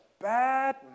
bad